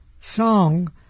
song